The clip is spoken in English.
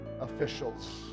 officials